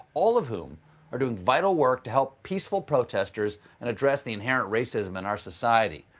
all of whom are doing vital work to help peaceful protesters and address the inherent racism in our society.